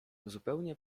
zupełnie